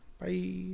Bye